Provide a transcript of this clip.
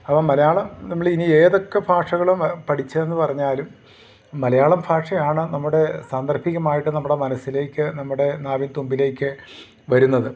അപ്പം മലയാളം നമ്മളിനി ഏതൊക്കെ ഭാഷകളും പഠിച്ചെന്നു പറഞ്ഞാലും മലയാളം ഭാഷയാണ് നമ്മുടെ സാന്ദർഭികമായിട്ടും നമ്മുടെ മനസ്സിലേക്ക് നമ്മുടെ നാവിൻ തുമ്പിലേക്കു വരുന്നത്